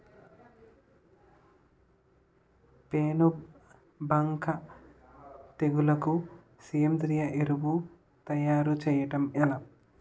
పేను బంక తెగులుకు సేంద్రీయ ఎరువు తయారు చేయడం ఎలా?